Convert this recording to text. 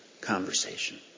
conversation